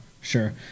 Sure